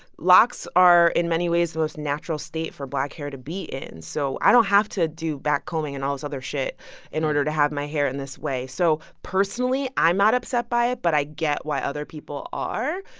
locks are, in many ways, the most natural state for black hair to be in, so i don't have to do backcombing and all this other shit in order to have my hair in this way. so personally, i'm not upset by it, but i get why other people are.